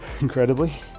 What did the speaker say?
incredibly